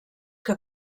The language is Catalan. que